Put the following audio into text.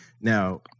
now